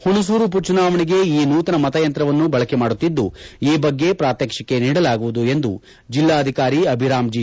ಹುಣಸೂರು ಉಪಚುನಾವಣೆಗೆ ಈ ನೂತನ ಮತಯಂತ್ರವನ್ನು ಬಳಕೆ ಮಾಡುತ್ತಿದ್ದು ಆ ಬಗ್ಗೆ ಪ್ರಾತ್ಪಕ್ಷಿಕೆ ನೀಡಲಾಗುವುದು ಎಂದು ಜಿಲ್ಲಾಧಿಕಾರಿ ಅಭಿರಾಮ್ ಜಿ